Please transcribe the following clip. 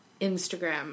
Instagram